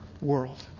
world